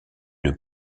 une